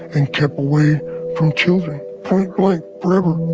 and kept away from children. point blank forever.